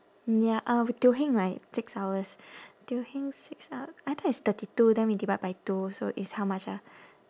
ya uh teo heng right six hours teo heng six ah I thought it's thirty two then we divide by two so it's how much ah